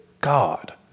God